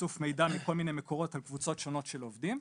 איסוף מידע מכל מיני מקורות על קבוצות שונות של עובדים,